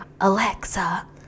Alexa